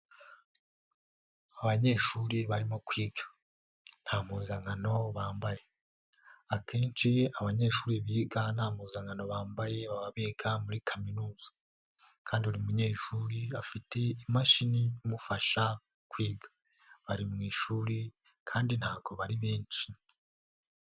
Abanyeshuri barimo kwiga nta mpuzankano bambaye, akenshi iyo abanyeshuri bigana nta mpuzankano bambaye baba biga muri kaminuza, kandi buri munyeshuri afite imashini imufasha kwiga, bari mu ishuri kandi ntago bari benshi.